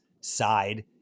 side